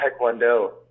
Taekwondo